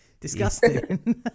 disgusting